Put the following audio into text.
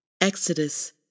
Exodus